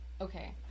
Okay